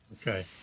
Okay